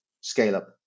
scale-up